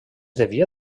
devia